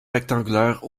rectangulaire